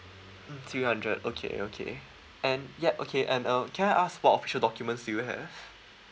mm three hundred okay okay and ya okay and um can I ask for official documents do you have